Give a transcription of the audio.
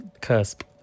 cusp